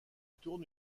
tourne